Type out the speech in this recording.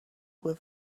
were